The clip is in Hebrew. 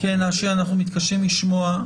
אנחנו מתקשים לשמוע.